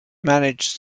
managed